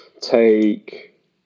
take